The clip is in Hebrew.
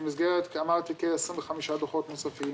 במסגרת שאמרתי כ-25 דוחות נוספים,